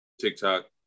TikTok